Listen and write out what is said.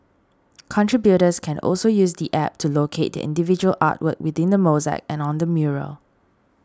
contributors can also use the App to locate their individual artwork within the mosaic and on the mural